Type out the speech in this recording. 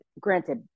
granted